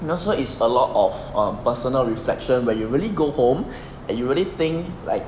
and also is a lot of um personal reflection where you really go home and you really think like